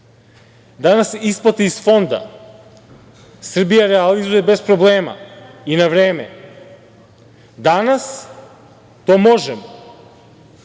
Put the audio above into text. Danas isplata iz fonda Srbija realizuje bez problema i na vreme. Danas to možemo. Ključni